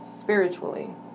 Spiritually